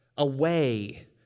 away